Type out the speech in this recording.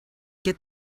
get